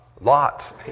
Lots